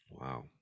Wow